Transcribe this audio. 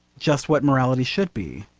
just what morality should be.